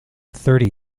thirty